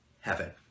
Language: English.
heaven